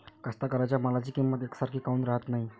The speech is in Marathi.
कास्तकाराइच्या मालाची किंमत यकसारखी काऊन राहत नाई?